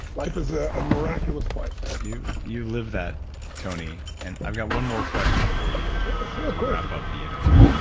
life is ah a miraculous place you you live that tony. and i've got one more question for you to yeah wrap up the interview.